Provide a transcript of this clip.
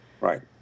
Right